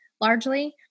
largely